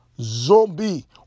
zombie